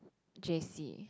Jessie